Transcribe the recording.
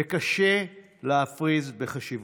וקשה להפריז בחשיבותו.